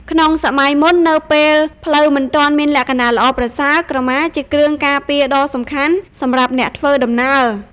ក្នុងសម័យមុន នៅពេលផ្លូវមិនទាន់មានលក្ខណៈល្អប្រសើរ ក្រមាជាគ្រឿងការពារដ៏សំខាន់សម្រាប់អ្នកធ្វើដំណើរ។